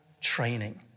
training